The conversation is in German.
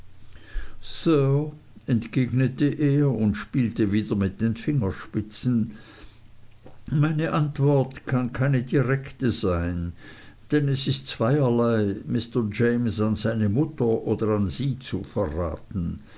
sir entgegnete er und spielte wieder mit den fingerspitzen meine antwort kann keine direkte sein denn es ist zweierlei mr james an seine mutter oder an sie zu verraten